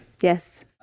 Yes